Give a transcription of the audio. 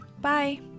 Bye